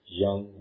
young